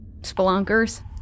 spelunkers